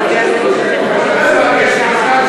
מה זה שר האוצר?